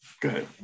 good